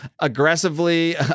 aggressively